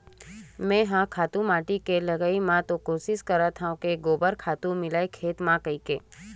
मेंहा खातू माटी के लगई म तो कोसिस करथव के गोबर खातू मिलय खेत ल कहिके